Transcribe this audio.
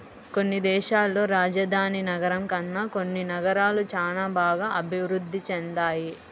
కొన్ని దేశాల్లో రాజధాని నగరం కన్నా కొన్ని నగరాలు చానా బాగా అభిరుద్ధి చెందాయి